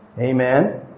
Amen